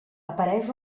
apareix